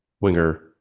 winger